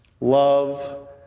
Love